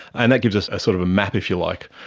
and that gives us a sort of map, if you like,